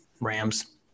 Rams